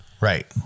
Right